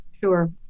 Sure